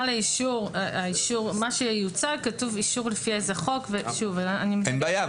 על מה שיוצג כתוב אישור לפי איזה חוק --- אין בעיה,